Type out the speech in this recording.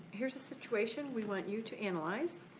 here's a situation we want you to analyze.